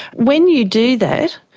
when you do that,